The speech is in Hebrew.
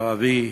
ערבי,